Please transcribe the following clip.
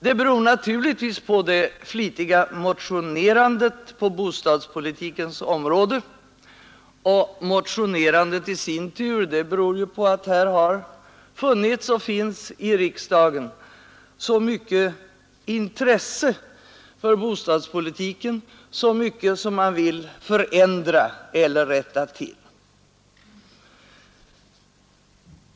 Det beror naturligtvis på det flitiga motionerandet på bostadspolitikens område, och motionerandet i sin tur beror på att här har funnits och finns i riksdagen så mycket intresse för bostadspolitiken, så mycket som man vill förändra eller rätta till.